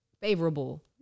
favorable